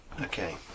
Okay